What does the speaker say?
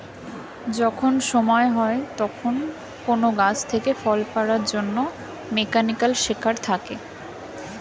যখন সময় হয় তখন কোন গাছ থেকে ফল পাড়ার জন্যে মেকানিক্যাল সেকার থাকে